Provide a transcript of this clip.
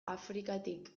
afrikatik